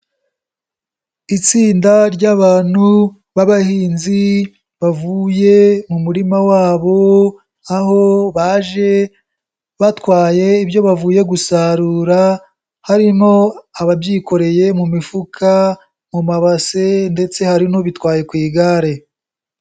Itsinda ry'abantu b'abahinzi bavuye mu murima wabo, aho baje batwaye ibyo bavuye gusarura, harimo ababyikoreye mu mifuka, mu mabase ndetse hari n'ubitwaye ku igare.